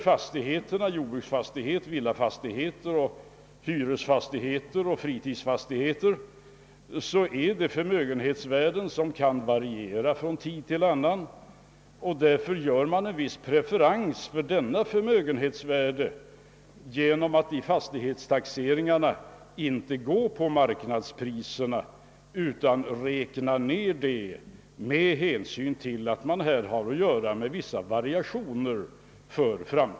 Fastigheterna — jordbruksfastigheter, villafastigheter, hyresfastigheter och fritidsfastigheter — är förmögenhetsvärden som kan variera från tid till annan, och därför gör man en viss preferens beträffande dessa förmögenhetsvärden genom att vid fastighetstaxeringar inte gå på marknadspriserna utan räkna ned dessa med hänsyn till att man här har att göra med vissa variationer.